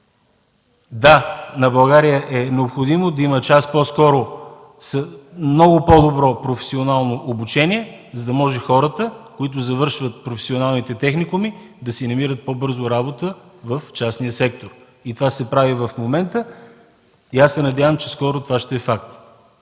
Да, на България е необходимо да има час по-скоро много по-добро професионално обучение, за да може хората, които завършват професионалните техникуми да си намират по-бързо работа в частния сектор. Това в момента се прави и се надявам скоро да е факт.